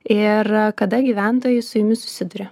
ir a kada gyventojai su jumis susiduria